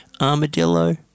armadillo